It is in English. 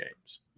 games